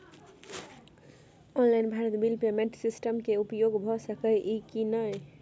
Online Bharat bill payment system के उपयोग भ सके इ की नय?